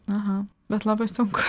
aha bet labai sunku